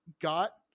got